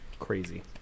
crazy